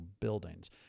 buildings